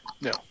No